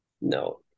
No